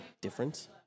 difference